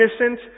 innocent